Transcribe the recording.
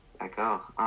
D'accord